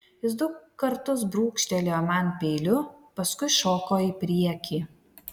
jis du kartus brūkštelėjo man peiliu paskui šoko į priekį